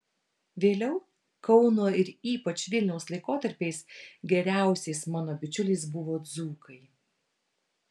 vėliau kauno ir ypač vilniaus laikotarpiais geriausiais mano bičiuliais buvo dzūkai